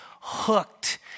hooked